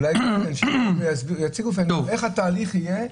אולי יציגו בפנינו איך התהליך יהיה,